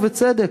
ובצדק.